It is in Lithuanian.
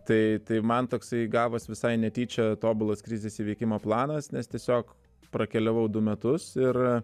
tai tai man toksai gavos visai netyčia tobulas krizės įveikimo planas nes tiesiog prakeliavau du metus ir